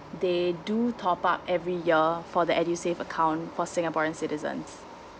they do top up every year for the edusave account for singaporean citizens